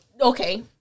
okay